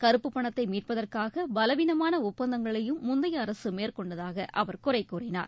கறுப்புப் பணத்தை மீட்பதற்காக பலவீனமான ஒப்பந்தங்களையும் முந்தைய அரசு மேற்கொண்டதாக அவர் குறை கூறினார்